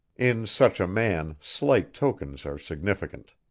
in such a man slight tokens are significant.